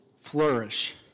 flourish